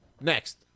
Next